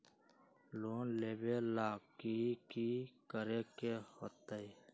Loan लेबे ला की कि करे के होतई?